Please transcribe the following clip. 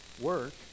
Work